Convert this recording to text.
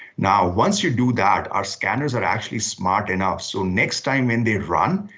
now, once you do that, our scanners are actually smart enough, so next time when they run,